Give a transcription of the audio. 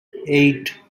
eight